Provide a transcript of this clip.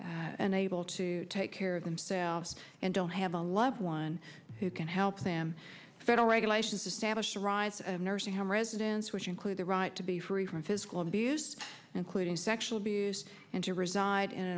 unable to take care of themselves and don't have a loved one who can help them federal regulations established a rise of nursing home residents which include the right to be free from physical abuse including sexual abuse and to reside